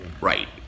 Right